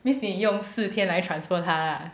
means 你用四天来 transfer 她啦